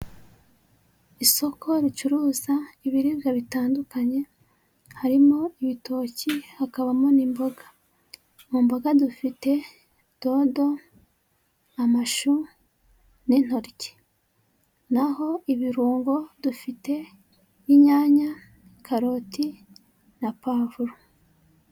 Isoko ricuruza ibiribwa bitandukanye, harimo ibitoki, hakabamo n'imboga, mu mboga dufite dodo, amashu n'intokiyi naho ibirungo dufite inyanya, karoti na pavuro.